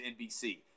NBC